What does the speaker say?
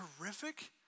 terrific